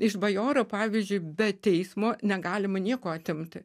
iš bajoro pavyzdžiui be teismo negalima nieko atimti